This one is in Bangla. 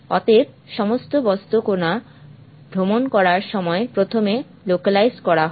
অতএব সমস্ত বস্তু কণা ভ্রমণ করার সময় প্রথমে লোকেলাইসড করা হয়